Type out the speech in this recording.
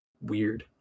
weird